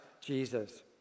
Jesus